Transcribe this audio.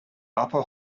upper